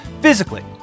Physically